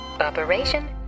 operation